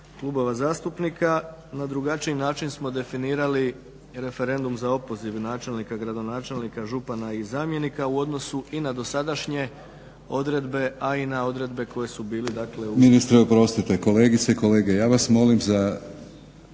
klubova zastupnika na drugačiji način smo definirali referendum za opoziv načelnika, gradonačelnika, župana i zamjenika u odnosu i na dosadašnje odredbe, a i na odredbe koje su bile dakle… **Batinić, Milorad (HNS)** Ministre oprostite. Kolegice i kolege, ja vas molim za